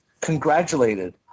congratulated